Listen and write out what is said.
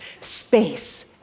space